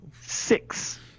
Six